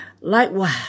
Likewise